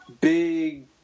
big